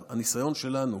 הניסיון שלנו